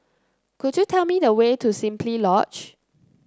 could you tell me the way to Simply Lodge